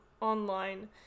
online